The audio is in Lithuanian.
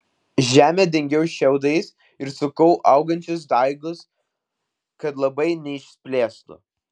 žemę dengiau šiaudais ir sukau augančius daigus kad labai neišsiplėstų